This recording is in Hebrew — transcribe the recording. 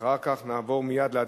אחר כך נעבור מייד להצבעה.